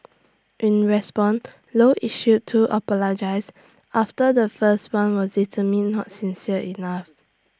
in response low issued two apologies after the first one was determine not sincere enough